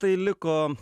tai liko